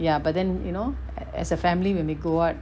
ya but then you know as a family when we go out